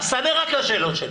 תענה רק על השאלות שלי